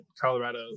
Colorado